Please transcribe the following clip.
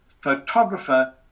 Photographer